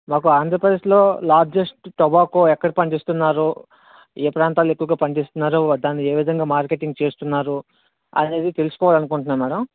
మాకు ఆంధ్రప్రదేశ్లో largest tobacco ఎక్కడ పండిస్తున్నారో ఏ ప్రాంతాల్లో ఎక్కువగా పండిస్తున్నారో దాన్ని ఏ విధంగా మార్కెటింగ్ చేస్తున్నారో అనేది తెలుసుకోవాలనుకుంటున్నా మేడమ్